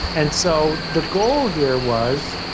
and so the goal here was